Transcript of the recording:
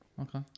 Okay